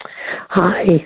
Hi